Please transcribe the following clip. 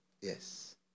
Yes